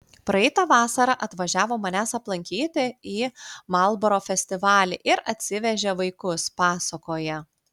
praeitą vasarą atvažiavo manęs aplankyti į marlboro festivalį ir atsivežė vaikus pasakoja